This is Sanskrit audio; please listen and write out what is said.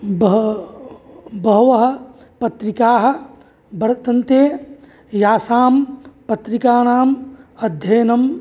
बह बहवः पत्रिकाः वर्तन्ते यासां पत्रिकानां अध्ययनं